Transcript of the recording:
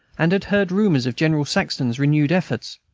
and had heard rumors of general saxton's renewed efforts.